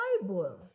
Bible